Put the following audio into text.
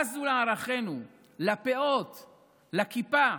בזו לערכינו, לפאות, לכיפה,